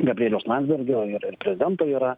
gabrieliaus landsbergio ir ir prezidento yra